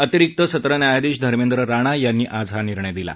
अतिरिक्त सत्र न्यायाधीश धर्मेंद राणा यांनी आज हा निर्णय दिला